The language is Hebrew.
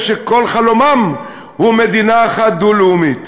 שכל חלומם הוא מדינה אחת דו-לאומית.